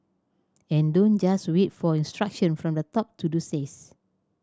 and don't just wait for instruction from the top to do this